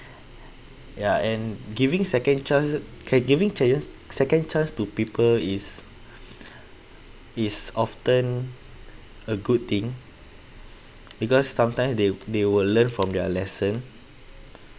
ya and giving second chances okay giving chances second chance to people is is often a good thing because sometimes they they will learn from their lesson